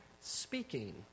speaking